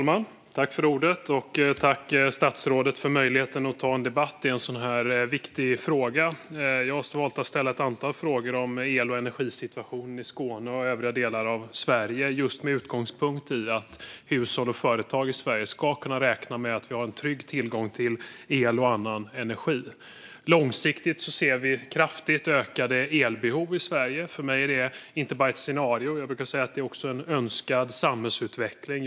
Fru talman! Jag tackar statsrådet för möjligheten att ta en debatt i en sådan här viktig fråga. Jag har valt att ställa ett antal frågor om el och energisituationen i Skåne och delar av Sverige just med utgångspunkt i att hushåll och företag i Sverige ska kunna räkna med att vi har en trygg tillgång till el och annan energi. Långsiktigt ser vi kraftigt ökade elbehov i Sverige. För mig är det inte bara ett scenario utan en önskad samhällsutveckling.